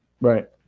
Right